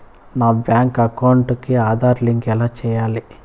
నా bank account కి Aadhaar link ఎలా సేయాలి